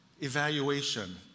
evaluation